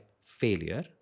failure